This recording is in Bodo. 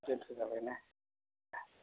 दोनथ' जाबायना